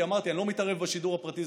כי אמרתי: אני לא מתערב בשידור הפרטי.